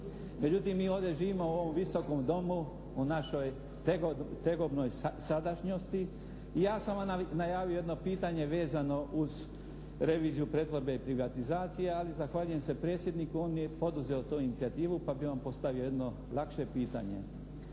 Međutim mi ovdje živimo u ovom Visokom domu u našoj tegobnoj sadašnjosti i ja sam vam najavio jedno pitanje vezano uz reviziju pretvorbe i privatizacije ali zahvaljujem se predsjedniku. On je poduzeo tu inicijativu pa bi on postavio jedno lakše pitanje.